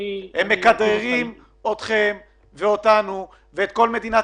הם מכדררים אתכם ואותנו ואת כל מדינת